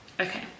Okay